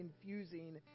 confusing